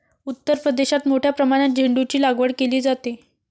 उत्तर प्रदेशात मोठ्या प्रमाणात झेंडूचीलागवड केली जाते